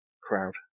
crowd